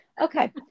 okay